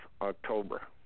October